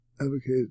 advocate